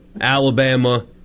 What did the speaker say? Alabama